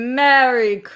merry